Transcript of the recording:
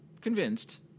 convinced